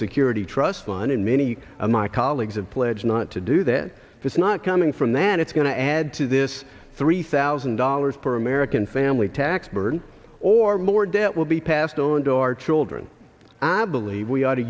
security trust fund in many of my colleagues and pledge not to do that if it's not coming from then it's going to add to this three thousand dollars per american family tax burden or more debt will be passed on to our children and i believe we ought to